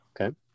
Okay